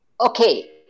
Okay